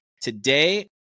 Today